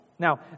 Now